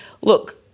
look